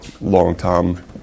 Long-time